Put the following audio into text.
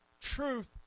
truth